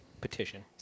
petition